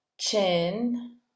Chin